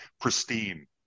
pristine